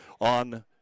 on